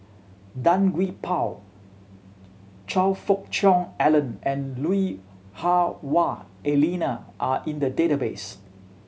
Tan Gee Paw Choe Fook Cheong Alan and Lui Hah Wah Elena are in the database